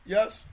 Yes